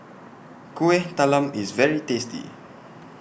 Kuih Talam IS very tasty